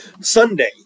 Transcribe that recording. sunday